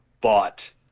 bought